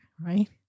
right